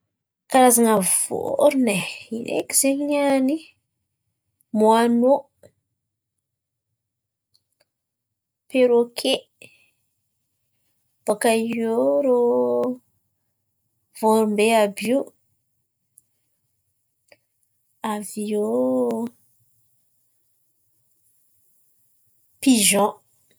Karazana vôrona e ino eky zen̈y niany? Moanô, perôke, bòka iô rô vôrombe àby io aviô pizôn.